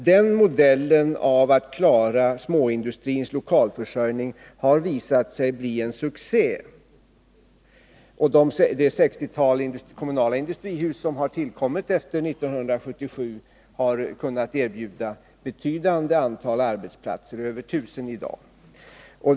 Den modellen har visat sig bli en succé när det gäller att klara småindustrins lokalförsörjning. Ett 60-tal kommunala industrihus har tillkommit efter 1977, och dessa har kunnat erbjuda ett betydande antal arbetsplatser — över 1000 i dag.